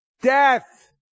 Death